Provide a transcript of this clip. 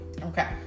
okay